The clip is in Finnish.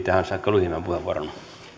tähän saakka lyhimmän puheenvuoron